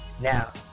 Now